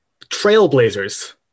Trailblazers